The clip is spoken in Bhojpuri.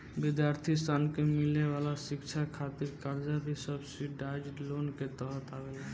विद्यार्थी सन के मिले वाला शिक्षा खातिर कर्जा भी सब्सिडाइज्ड लोन के तहत आवेला